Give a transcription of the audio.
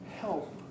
help